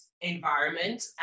environment